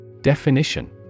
Definition